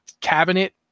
cabinet